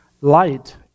Light